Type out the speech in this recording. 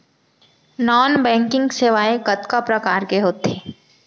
non banking सेवाएं कतका प्रकार के होथे